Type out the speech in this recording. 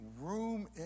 room